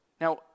Now